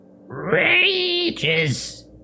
rages